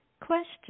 question